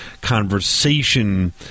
conversation